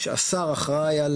שהשר אחראי על